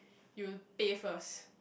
you pay first